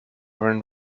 run